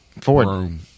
Ford